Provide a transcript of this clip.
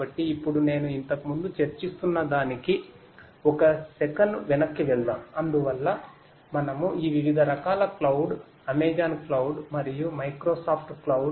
కాబట్టి ఇప్పుడు నేను ఇంతకుముందు చర్చిస్తున్నదానికి ఒక సెకను వెనక్కి వెళ్దాం అందువల్ల మనము ఈ వివిధ రకాల క్లౌడ్